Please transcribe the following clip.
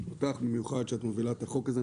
אותך במיוחד שאת מובילה את החוק הזה,